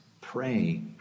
pray